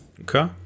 Okay